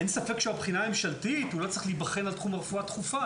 אין ספק שבבחינה הממשלתית הוא לא צריך להיבחן בתחום הרפואה הדחופה,